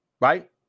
right